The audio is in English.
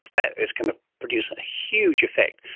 that is going to produce a huge effect.